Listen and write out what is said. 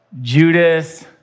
Judas